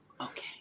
Okay